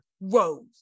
Rose